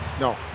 No